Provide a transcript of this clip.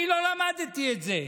אני לא למדתי את זה.